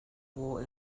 war